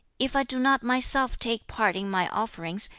if i do not myself take part in my offerings,